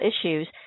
issues